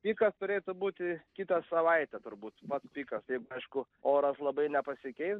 pikas turėtų būti kitą savaitę turbūt pats pikas jeigu aišku oras labai nepasikeis